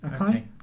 Okay